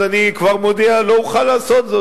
אז אני כבר מודיע שלא אוכל לעשות זאת.